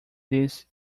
this